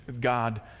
God